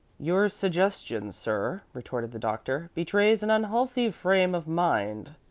your suggestion, sir, retorted the doctor, betrays an unhealthy frame of mind.